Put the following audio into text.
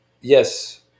yes